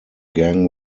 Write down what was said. gang